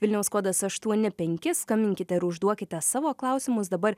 vilniaus kodas aštuoni penki skambinkite ir užduokite savo klausimus dabar